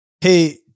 hey